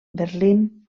berlín